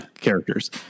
Characters